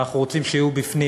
ואנחנו רוצים שאלה יהיו בפנים,